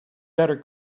better